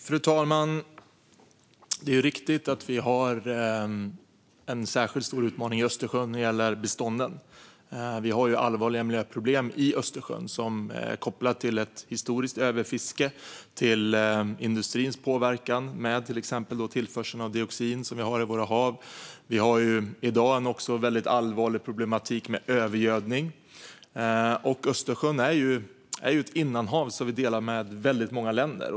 Fru talman! Det är riktigt att vi har en särskilt stor utmaning i Östersjön när det gäller bestånden. Vi har ju allvarliga miljöproblem i Östersjön som är kopplade till ett historiskt överfiske och till industrins påverkan med till exempel tillförsel av dioxin, som vi har i våra hav. Vi har i dag också en väldigt allvarlig problematik med övergödning. Östersjön är ju ett innanhav som vi delar med väldigt många länder.